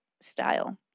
style